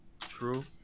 True